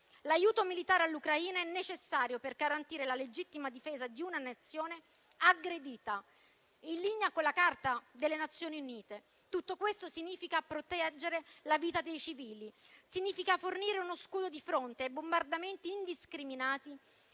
L'aiuto militare all'Ucraina è necessario per garantire la legittima difesa di una Nazione aggredita, in linea con la Carta delle Nazioni Unite. Tutto questo significa proteggere la vita dei civili; significa fornire uno scudo di fronte ai bombardamenti indiscriminati